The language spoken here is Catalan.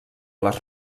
les